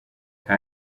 nta